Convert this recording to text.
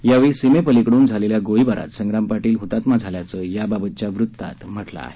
यावेळी सीमेपलिकडून झालेल्या गोळीबारात संग्राम पाटील हतात्मा झाल्याचं याबाबतच्या वृतात म्हटलं आहे